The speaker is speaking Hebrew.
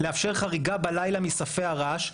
לאפשר חריגה בלילה מספיי הרעש,